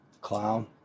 Clown